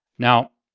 now,